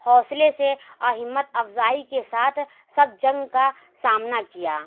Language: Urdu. حوصلے سے اور ہمت افزائی کے ساتھ سب جنگ کا سامنا کیا